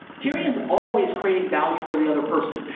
tyrion's always creating value for the other person.